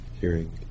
hearing